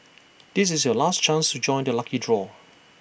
this is your last chance to join the lucky draw